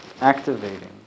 activating